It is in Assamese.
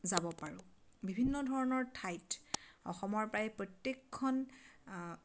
যাব পাৰোঁ বিভিন্ন ধৰণৰ ঠাইত অসমৰ প্ৰায় প্ৰত্যেকখন